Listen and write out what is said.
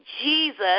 Jesus